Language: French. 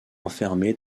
enfermé